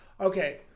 Okay